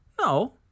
No